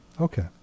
okay